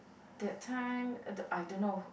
that time uh I don't know